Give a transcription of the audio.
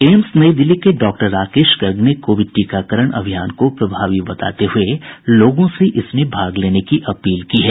AIIMS Nai Delhi के doctor Rakesh Garg ने Covid टीकाकरण अभियान को प्रभावी बताते हुए लोगों से इसमें भाग लेने की अपील की है